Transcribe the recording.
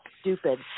stupid